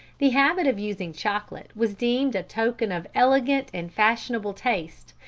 the habit of using chocolate was deemed a token of elegant and fashionable taste,